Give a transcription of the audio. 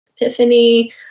Epiphany